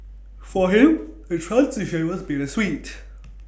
for him the transition was bittersweet